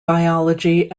biology